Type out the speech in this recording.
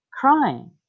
crying